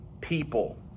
people